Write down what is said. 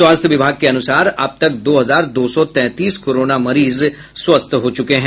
स्वास्थ्य विभाग के अनुसार अब तक दो हजार दो सौ तैंतीस कोरोना मरीज स्वस्थ हो चुके हैं